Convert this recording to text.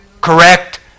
correct